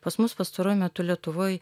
pas mus pastaruoju metu lietuvoj